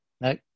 No